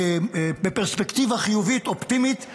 בפרספקטיבה חיובית, אופטימית,